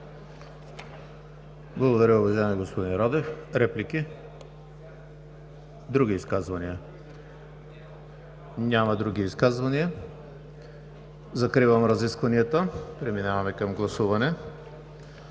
Благодаря, уважаеми господин Радев. Реплики? Други изказвания? Няма. Закривам разискванията. Преминаваме към гласуване.